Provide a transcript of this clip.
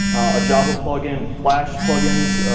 a java plug-in, flash plug-ins,